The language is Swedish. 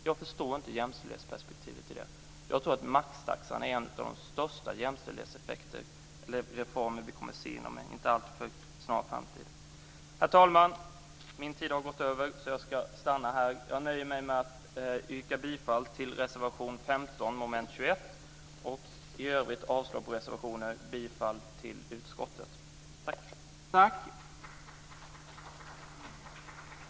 Jag förstår inte jämställdhetsperspektivet i det. Jag tror att maxtaxan är en av de största jämställdhetsreformer vi kommer att se inom en inte alltför snar framtid. Herr talman! Min talartid har gått ut så jag ska stanna här. Jag nöjer mig med att yrka bifall till reservation 15 under mom. 21. I övrigt yrkar jag avslag på reservationerna och bifall till utskottets hemställan.